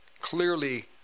clearly